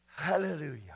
hallelujah